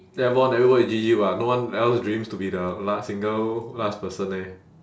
airborne never go and G_G [what] no one else dreams to be the last single last person eh